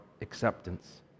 acceptance